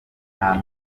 nta